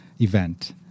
event